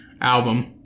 album